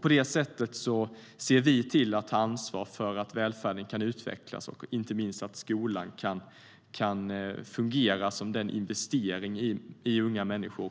På det sättet ser vi till att ta ansvar för att välfärden kan utvecklas och inte minst att skolan kan fungera som den investering i unga människor,